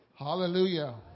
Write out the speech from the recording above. Hallelujah